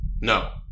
No